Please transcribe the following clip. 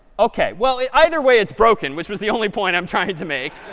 ok, well, either way it's broken, which was the only point i'm trying to make.